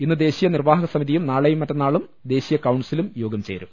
ഇന്ന് ദേശീയ നിർവാഹക സമിതിയും നാളെ മറ്റന്നാളും ദേശീയ കൌൺസിലും യോഗം ചേരും